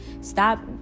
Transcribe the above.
Stop